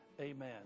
amen